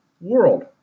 world